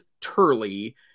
Turley